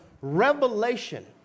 revelation